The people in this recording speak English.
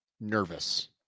nervous